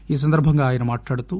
ఈ సందర్భంగా ఆయన మాట్లాడుతూ